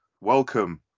welcome